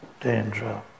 danger